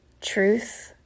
truth